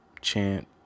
chant